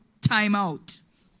timeout